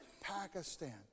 Pakistan